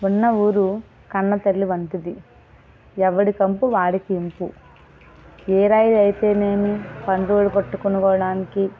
ఉన్న ఊరు కన్న తల్లి వంటిది ఎవడి కంపు వాడికి ఇంపు ఏ రాయి అయితేనేమి పళ్ళు ఊడగొట్టు కొనువడానికి